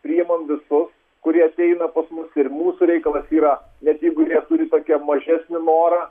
priimam visu kurie ateina pas mus ir mūsų reikalas yra net jeigu jie turi tokią mažesnį norą